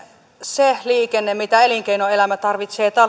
se liikenne mitä elinkeinoelämä tarvitsee